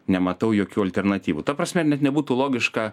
nematau jokių alternatyvų ta prasme net nebūtų logiška